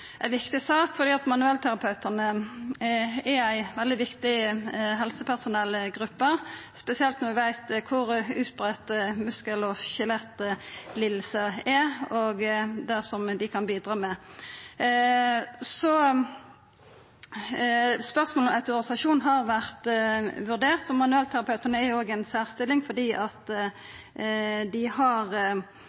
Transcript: ei viktig sak, for manuellterapeutane er ei veldig viktig helsepersonellgruppe, spesielt når vi veit kor utbreidde muskel- og skjelettlidingar er, og der kan dei bidra. Spørsmålet om autorisasjon har vore vurdert. Manuellterapeutane er i ei særstilling fordi dei har